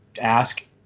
ask